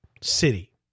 city